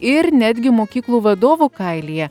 ir netgi mokyklų vadovų kailyje